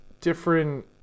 different